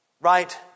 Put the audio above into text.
right